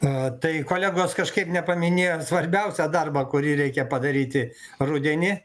na tai kolegos kažkaip nepaminėjo svarbiausio darbo kurį reikia padaryti rudenį